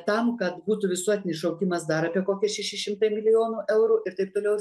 tam kad būtų visuotinis šaukimas dar kokie šeši šimtai milijonų eurų ir taip toliau